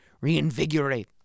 reinvigorate